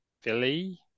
Philly